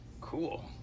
Cool